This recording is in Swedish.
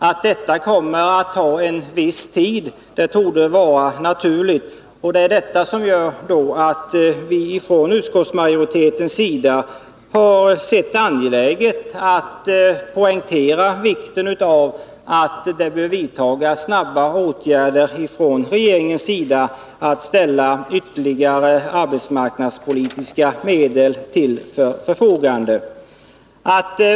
Att detta kommer att ta en viss tid är naturligt, och det är detta som gör att vi från utskottsmajoritetens sida har sett det angeläget att poängtera vikten av att åtgärder bör vidtas snabbt från regeringens sida för att ställa ytterligare arbetsmarknadspolitiska medel till förfogande.